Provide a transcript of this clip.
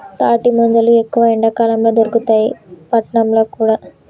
తాటి ముంజలు ఎక్కువ ఎండాకాలం ల దొరుకుతాయి పట్నంల కూడా